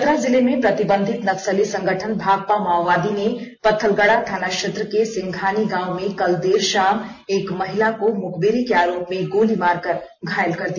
चतरा जिले में प्रतिबंधित नक्सली संगठन भाकपा माओवादी ने पत्थलगडा थाना क्षेत्र के सिंघानी गांव में कल देर शाम एक महिला को मुखबीरी के आरोप में गोली मारकर घायल कर दिया